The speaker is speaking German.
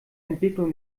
entwicklung